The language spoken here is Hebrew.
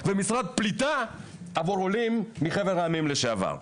ומשרד פליטה עבור עולים מחבר העולים לשעבר.